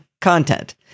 content